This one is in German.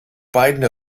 beide